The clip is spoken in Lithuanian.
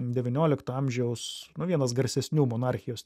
devyniolikto amžiaus na vienas garsesnių monarchijos